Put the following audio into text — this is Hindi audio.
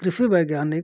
कृषि वैज्ञानिक